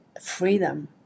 freedom